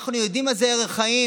אנחנו יודעים מה זה ערך חיים,